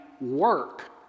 work